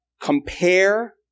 compare